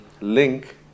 link